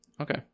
okay